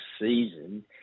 season